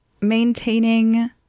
Maintaining